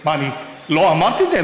מה, אני לא אמרתי את זה?